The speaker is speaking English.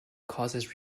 causes